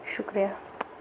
شُکریہِ